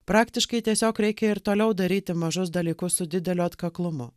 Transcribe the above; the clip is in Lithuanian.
praktiškai tiesiog reikia ir toliau daryti mažus dalykus su dideliu atkaklumu